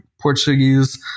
Portuguese